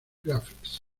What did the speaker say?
graphics